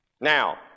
Now